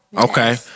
Okay